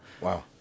Wow